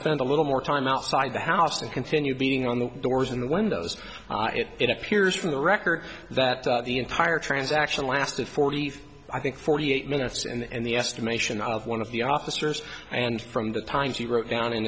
spend a little more time outside the house and continue beating on the doors and windows it appears from the record that the entire transaction lasted forty i think forty eight minutes and the estimation of one of the officers and from the time she wrote down in